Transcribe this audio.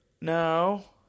No